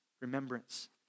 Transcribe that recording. remembrance